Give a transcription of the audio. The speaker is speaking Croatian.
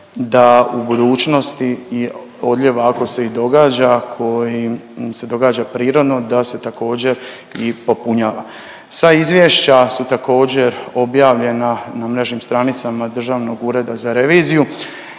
da u budućnosti odljev ako se i događa koji se događa prirodno da se također i popunjava. Sva izvješća su također objavljenja na mrežnim stranicama Državnog ureda za reviziju